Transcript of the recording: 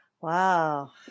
Wow